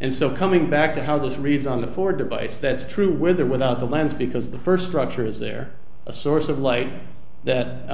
and so coming back to how this reads on the four device that's true with or without the lens because the first structure is there a source of light that